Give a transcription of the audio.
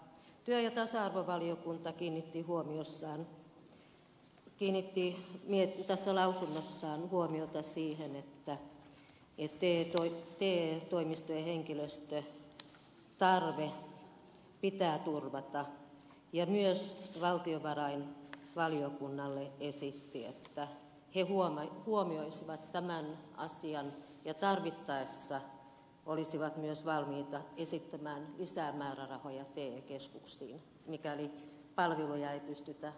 työ ja tasa arvovaliokunta kiinnitti lausunnossaan huomiota siihen että te toimistojen henkilöstötarve pitää turvata ja myös valtiovarainvaliokunnalle esitti että he huomioisivat tämän asian ja tarvittaessa olisivat myös valmiita esittämään lisää määrärahoja te keskuksiin mikäli palveluja ei pystytä määräajoissa toteuttamaan